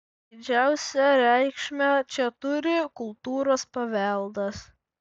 didžiausią reikšmę čia turi kultūros paveldas